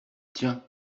tiens